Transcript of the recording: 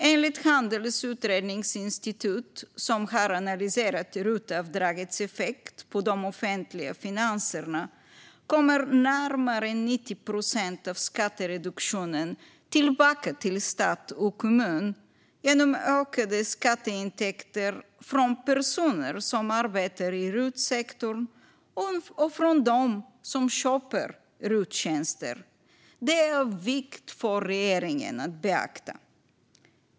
Enligt Handelns Utredningsinstitut, som har analyserat RUT-avdragets effekt på de offentliga finanserna, kommer närmare 90 procent av skattereduktionen tillbaka till stat och kommun genom ökade skatteintäkter från personer som arbetar i RUT-sektorn och från dem som köper RUT-tjänster. Det är av vikt för regeringen att beakta.